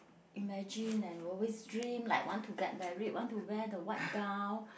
imagine and always dream like want to get married want to wear the white gown